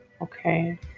Okay